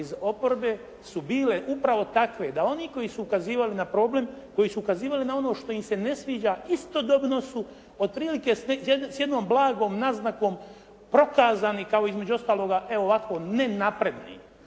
iz oporbe su bile upravo takve, da oni koji su ukazivali na problem, koji su ukazivali na ono što im se ne sviđa istodobno su otprilike s jednom blagom naznakom prokazani kao između ostaloga e ovako ne napredni.